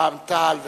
רע"ם-תע"ל וחד"ש.